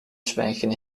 zwijgen